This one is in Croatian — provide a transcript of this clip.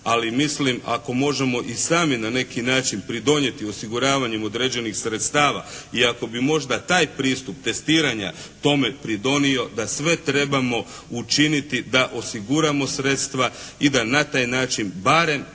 Ali mislim, ako možemo i sami na neki način pridonijeti osiguravanjem određenih sredstava i ako bi možda taj pristup testiranja tome pridonio da sve trebamo učiniti da osiguramo sredstva i da na taj način barem